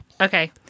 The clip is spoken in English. Okay